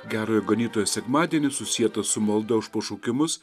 gerojo ganytojo sekmadienis susietas su malda už pašaukimus